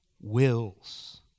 wills